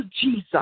Jesus